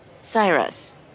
Cyrus